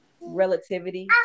Relativity